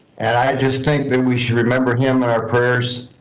and i just think that we should remember him in our prayers.